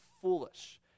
foolish